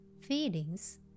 feelings